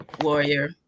warrior